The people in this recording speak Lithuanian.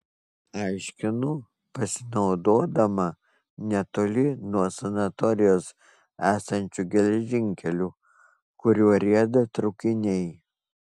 aiškinu pasinaudodama netoli nuo sanatorijos esančiu geležinkeliu kuriuo rieda traukiniai